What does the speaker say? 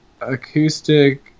acoustic